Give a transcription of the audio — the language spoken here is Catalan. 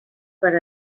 per